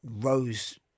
rose